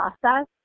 process